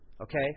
Okay